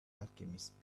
alchemists